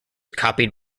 copied